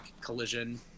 collision